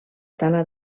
tala